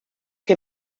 que